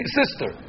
sister